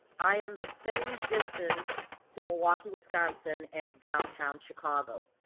i am the same distance to milwaukee, wisconsin as downtown chicago.